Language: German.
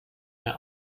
mehr